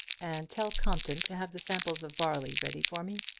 and tell compton to have the samples of barley ready for me.